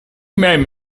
mem